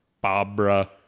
Barbara